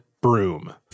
broom